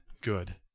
good